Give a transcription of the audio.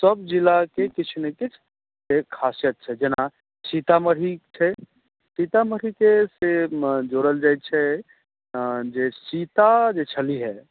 सब जिला के किछु ने किछु एक खासियत छै जेना सीतामढ़ी छै सीतामढ़ी के जोड़ल जाइ छै जे सीता जे छालीहे